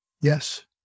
Yes